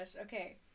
Okay